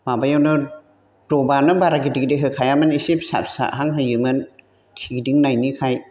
माबायावनो दबायानो बारा गिदिर गिदिर होखायामोन एसे फिसा फिसाहां होयोमोन थेदिंनायखाय